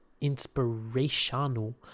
Inspirational